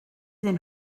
iddyn